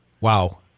wow